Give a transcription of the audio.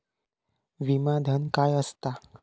विमा धन काय असता?